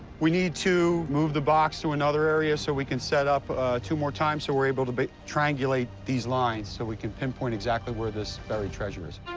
we need to move the box to another area, so we can set up two more times, so we're able to but triangulate these lines, so we can pinpoint exactly where this buried treasure is.